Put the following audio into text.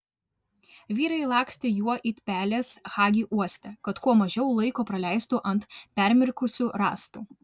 vyrai lakstė juo it pelės hagi uoste kad kuo mažiau laiko praleistų ant permirkusių rąstų